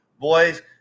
boys